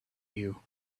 you